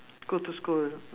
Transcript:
go to school